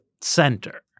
center